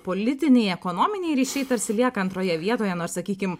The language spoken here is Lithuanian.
politiniai ekonominiai ryšiai tarsi lieka antroje vietoje nors sakykim